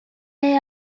est